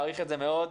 מעריך את זה מאוד,